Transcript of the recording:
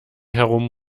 herum